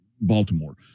Baltimore